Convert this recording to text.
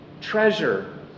Treasure